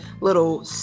little